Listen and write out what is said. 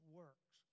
works